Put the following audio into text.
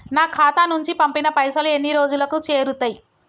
నా ఖాతా నుంచి పంపిన పైసలు ఎన్ని రోజులకు చేరుతయ్?